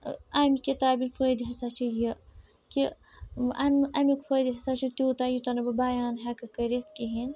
ٲں اَمہِ کِتاب ہنٛدۍ فٲیِدٕ ہَسا چھِ یہِ کہِ ٲں اَمیٛک فٲیِدٕ ہَسا چھُ تیٛوتاہ یوتاہ نہٕ بہٕ بیان ہیٚکہٕ کٔرِتھ کِہیٖنۍ